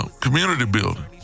community-building